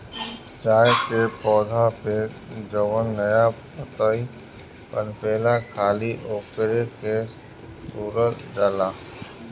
चाय के पौधा पे जवन नया पतइ पनपेला खाली ओकरे के तुरल जाला